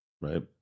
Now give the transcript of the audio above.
right